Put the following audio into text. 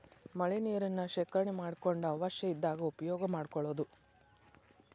ಮಳಿ ನೇರನ್ನ ಶೇಕರಣೆ ಮಾಡಕೊಂಡ ಅವಶ್ಯ ಇದ್ದಾಗ ಉಪಯೋಗಾ ಮಾಡ್ಕೊಳುದು